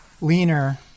leaner